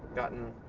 gotten.